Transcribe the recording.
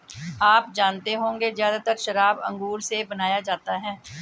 आप जानते होंगे ज़्यादातर शराब अंगूर से बनाया जाता है